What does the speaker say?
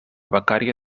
becària